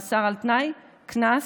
מאסר על תנאי, קנס,